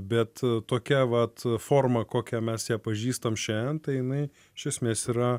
bet tokia vat forma kokia mes ją pažįstam šiandien tai jinai iš esmės yra